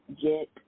get